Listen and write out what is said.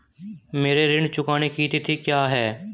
मेरे ऋण चुकाने की तिथि क्या है?